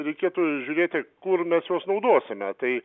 reikėtų žiūrėti kur mes juos naudosime tai